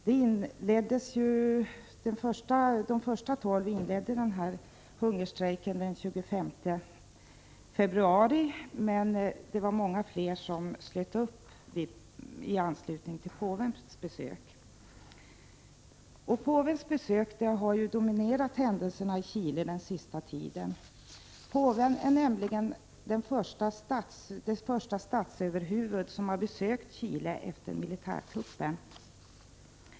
De första tolv som hungerstrejkade inledde sin hungerstrejk den 25 februari, men det var många fler som började hungerstrejka i samband med påvens besök. Påvens besök har dominerat händelserna i Chile under den senaste tiden. Påven är nämligen det första statsöverhuvud som har besökt Chile efter militärkuppen.